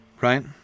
right